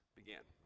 began